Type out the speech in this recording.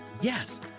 Yes